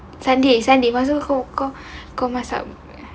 sunday sunday wasn't whole kau kau masak